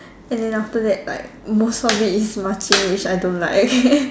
and then after like most of it is marching which I don't like